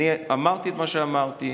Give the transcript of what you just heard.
אמרתי את מה שאמרתי,